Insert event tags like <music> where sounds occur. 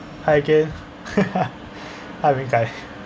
hi again <laughs> hi ming kai